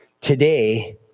today